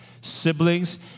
siblings